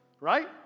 right